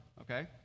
okay